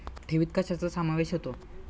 ठेवीत कशाचा समावेश होतो?